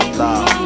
love